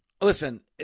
Listen